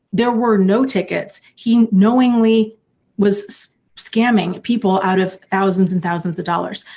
there were no tickets, he knowingly was scamming people out of thousands and thousands of dollars.